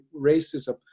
racism